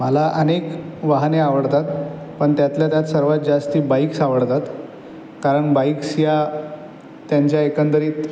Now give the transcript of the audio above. मला अनेक वाहने आवडतात पण त्यातल्या त्यात सर्वात जास्ती बाईक्स् आवडतात कारण बाईक्स् या त्यांच्या एकंदरीत